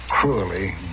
Cruelly